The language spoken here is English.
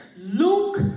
Luke